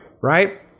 right